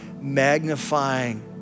magnifying